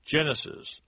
Genesis